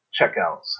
checkouts